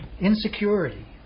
insecurity